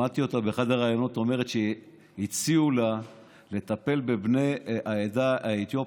שמעתי אותה באחד הראיונות אומרת שהציעו לה לטפל בבני העדה האתיופית,